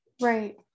Right